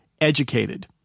educated